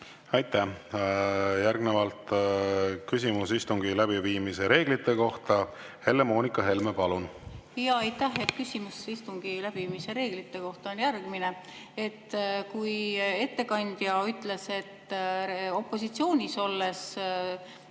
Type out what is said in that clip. Aitäh! Järgnevalt küsimus istungi läbiviimise reeglite kohta. Helle‑Moonika Helme, palun! Aitäh! Küsimus istungi läbiviimise reeglite kohta on järgmine. Kui ettekandja ütles, et opositsioonis olles